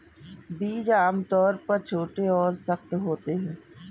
बीज आमतौर पर छोटे और सख्त होते हैं